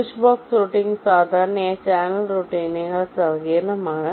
switchbox routing സാധാരണയായി channel റൂട്ടിംഗിനെക്കാൾ സങ്കീർണ്ണമാണ്